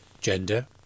gender